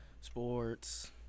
sports